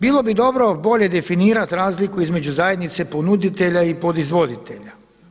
Bilo bi dobro bolje definirati razliku između zajednice ponuditelja i podizvoditelja.